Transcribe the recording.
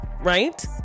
Right